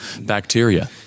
bacteria